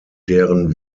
deren